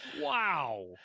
Wow